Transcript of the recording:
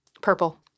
Purple